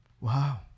Wow